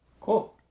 Cool